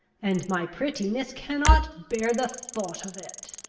and my pretty miss cannot bear the thoughts of it!